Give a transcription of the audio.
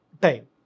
time